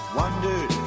wondered